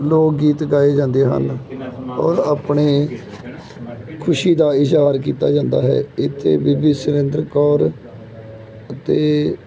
ਲੋਕ ਗੀਤ ਗਾਏ ਜਾਂਦੇ ਹਨ ਔਰ ਆਪਣੇ ਖੁਸ਼ੀ ਦਾ ਇਜ਼ਹਾਰ ਕੀਤਾ ਜਾਂਦਾ ਹੈ ਇੱਥੇ ਬੀਬੀ ਸੁਰਿੰਦਰ ਕੌਰ ਅਤੇ